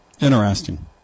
Interesting